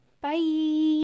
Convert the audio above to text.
Bye